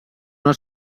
una